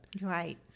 Right